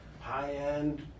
high-end